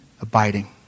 abiding